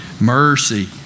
Mercy